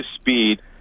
speed